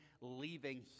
leaving